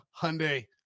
Hyundai